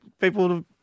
people